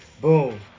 Boom